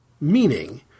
Meaning